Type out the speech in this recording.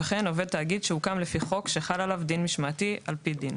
וכן עובד תאגיד שהוקם לפי חוק שחל עליו דין משמעתי על פי דין.